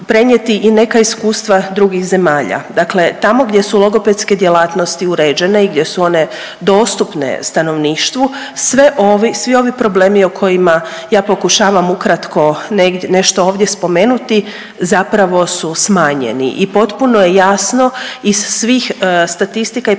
i neka iskustva drugih zemalja. Dakle, tamo gdje su logopedske djelatnosti uređene i gdje su one dostupne stanovništvu svi ovi problemi o kojima ja pokušavam ukratko nešto ovdje spomenuti zapravo su smanjeni i potpuno je jasno iz svih statistika i